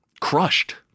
crushed